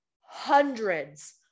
hundreds